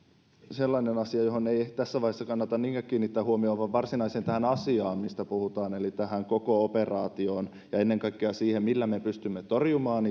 sellainen asia johon ei tässä vaiheessa kannata niinkään kiinnittää huomiota vaan tähän varsinaiseen asiaan mistä puhutaan eli tähän koko operaatioon ja ennen kaikkea siihen millä me pystymme torjumaan